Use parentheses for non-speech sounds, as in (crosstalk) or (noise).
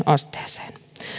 (unintelligible) asteeseen